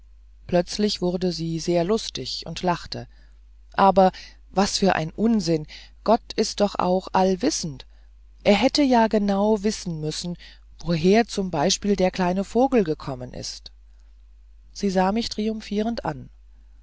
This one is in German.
plötzlich wurde sie sehr lustig und lachte aber was für ein unsinn gott ist doch auch allwissend er hätte ja genau wissen müssen woher zum beispiel der kleine vogel gekommen ist sie sah mich triumphierend an